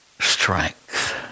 strength